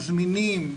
הזמינים,